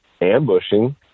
ambushing